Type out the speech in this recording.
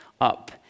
up